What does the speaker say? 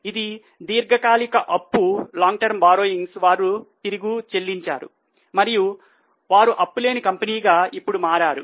ఇది దీర్ఘకాలిక అప్పు వారు తిరిగి చెల్లించారు మరియు వారు అప్పులేని కంపెనీగా ఇప్పుడు మారారు